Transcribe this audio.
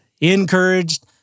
encouraged